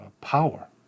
power